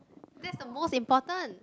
that the most important